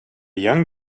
young